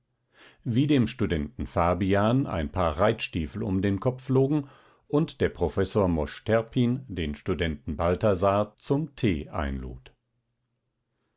wie dem studenten fabian ein paar reitstiefel um den kopf flogen und der professor mosch terpin den studenten balthasar zum tee einlud